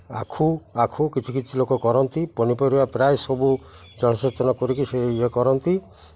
ଆଖୁ ଆଖୁ କିଛି କିଛି ଲୋକ କରନ୍ତି ପନିପରିବା ପ୍ରାୟ ସବୁ ଜଳସେଚନ କରିକି ସେ ଇଏ କରନ୍ତି